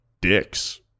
dicks